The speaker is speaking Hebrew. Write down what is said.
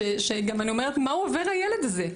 גם אני תוהה מה עובר הילד הזה?